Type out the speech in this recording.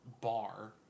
bar